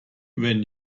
when